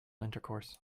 intercourse